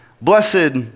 Blessed